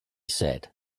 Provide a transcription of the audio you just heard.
said